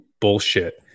bullshit